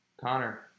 Connor